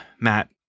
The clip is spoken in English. Matt